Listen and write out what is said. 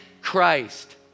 Christ